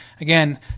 Again